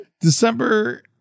December